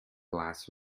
glass